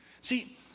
See